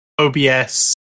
OBS